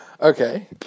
Okay